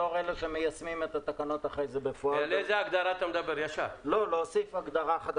בדיון הקודם, נצטרך ליישר קו עם הלולים החדשים.